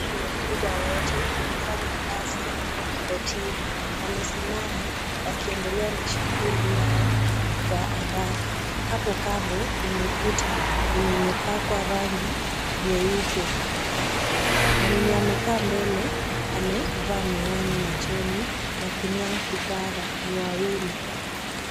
Hawa ni wakubwa wote wakifanya kazi kortini. Wamesimama wakiendelea na shughuli yao kwa haraka. Hapo kando kuna ukuta yenye imepakwa rangi nyeupe. Mwenye amekaa mbele amevaa miwani machoni na kunyoa kipara ni wawili.